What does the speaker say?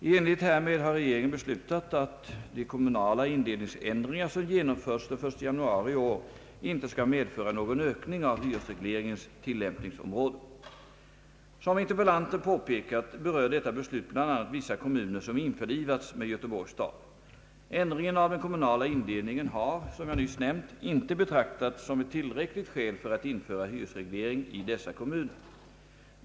I enlighet härmed har regeringen beslutat att de kommunala indelningsändringar, som genomförts den 1 januari i år, inte skall medföra någon ökning av hyresregleringens tillämpningsområde. Som interpellanten påpekat berör detta beslut bl.a. vissa kommuner som införlivats med Göteborgs stad. Ändringen av den kommunala indelningen har, som jag nyss nämnt, inte betraktats som ett tillräckligt skäl för att införa hyresreglering i dessa kommuner.